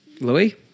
Louis